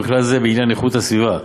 ובכלל זה בעניין איכות הסביבה,